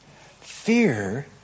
fear